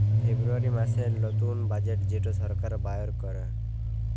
ফেব্রুয়ারী মাসের লতুল বাজেট যেট সরকার বাইর ক্যরে